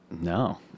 No